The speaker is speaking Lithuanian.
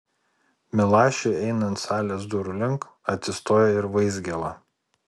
milašiui einant salės durų link atsistoja ir vaizgėla